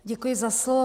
Děkuji za slovo.